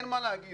אין מה להגיד,